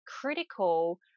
critical